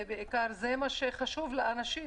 ובעיקר זה מה שחשוב לאנשים.